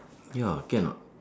ya can or not